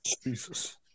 Jesus